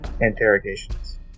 Interrogations